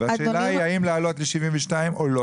והשאלה היא האם להעלות ל-72 או לא.